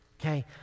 Okay